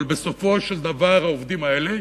אבל בסופו של דבר העובדים האלה,